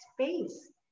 space